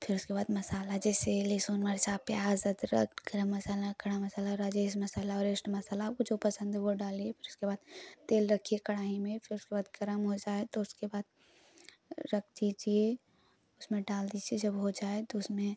फिर उसके बाद मसाला जैसे लहसुन मिर्च प्याज़ अदरक गरम मसाला खड़ा मसाला राजेस मसाला औरेस्ट मसाला आपको जो पसंद है वो डालिए फिर उसके बाद तेल रखिए कड़ाही में फिर उसके बाद गर्म हो जाए तो उसके बाद रख दीजिए उसमें डाल दीजिए जब हो जाए तो उसमें